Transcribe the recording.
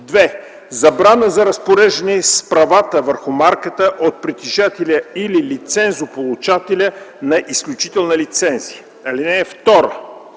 2. забрана за разпореждане с правата върху марката от притежателя или лицензополучателя на изключителна лицензия. (2)